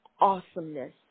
awesomeness